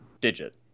Digit